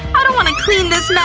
i don't wanna clean this